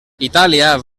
itàlia